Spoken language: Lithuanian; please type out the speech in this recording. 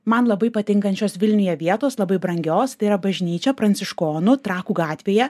man labai patinkančios vilniuje vietos labai brangios tai yra bažnyčia pranciškonų trakų gatvėje